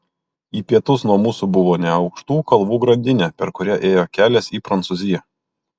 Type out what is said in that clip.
į pietus nuo mūsų buvo neaukštų kalvų grandinė per kurią ėjo kelias į prancūziją